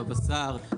הבשר,